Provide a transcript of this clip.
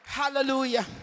hallelujah